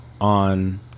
on